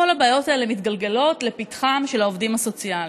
כל הבעיות האלה מתגלגלות לפתחם של העובדים הסוציאליים.